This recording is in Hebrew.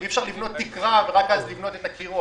אי אפשר לבנות תקרה ורק אז לבנות את הקירות.